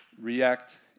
react